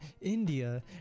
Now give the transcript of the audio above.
India